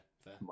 fair